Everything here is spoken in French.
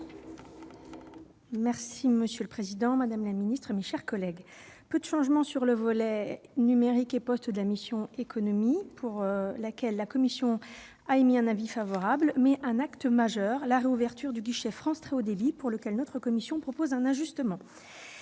avis. Monsieur le président, madame la secrétaire d'État, mes chers collègues, peu de changements s'agissant du volet numérique et postes de la mission « Économie », sur laquelle la commission a émis un avis favorable, mais un acte majeur : la réouverture du guichet France Très haut débit, pour lequel notre commission propose un ajustement.